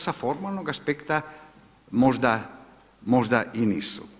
Sa formalnog aspekta možda i nisu.